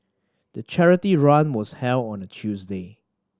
the charity run was held on a Tuesday